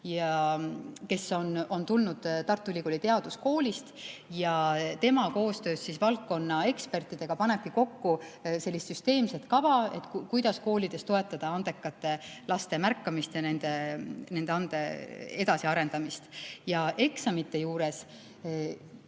kes on tulnud Tartu Ülikooli teaduskoolist, ja tema koostöös valdkonna ekspertidega panebki kokku sellist süsteemset kava, kuidas koolides toetada andekate laste märkamist ja nende ande edasiarendamist. Eksamite juures,